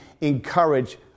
encourage